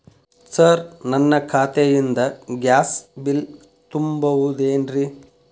Sir ನನ್ನ ಖಾತೆಯಿಂದ gas bill ತುಂಬಹುದೇನ್ರಿ?